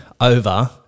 over